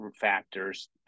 factors